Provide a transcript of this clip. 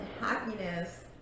happiness